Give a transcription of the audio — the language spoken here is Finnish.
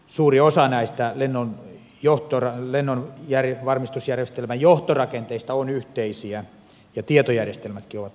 suuri osa näistä lennonvarmistusjärjestelmän johtorakenteista on yhteisiä ja tietojärjestelmätkin ovat yhteisiä